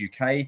UK